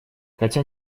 хотя